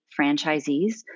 franchisees